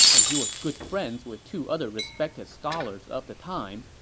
and he was good friends with two other respected scholars of the time,